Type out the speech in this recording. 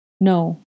No